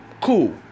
cool